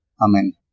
Amen